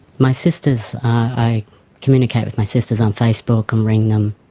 my sisters i communicate with my sisters on facebook and ring them,